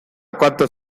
cuantos